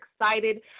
excited